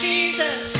Jesus